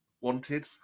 wanted